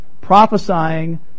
prophesying